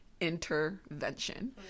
intervention